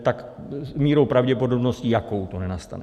Tak s mírou pravděpodobnosti, jakou to nenastane.